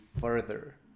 further